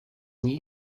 nie